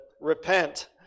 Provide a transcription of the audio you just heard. repent